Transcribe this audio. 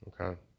Okay